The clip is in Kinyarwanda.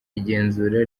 igenzura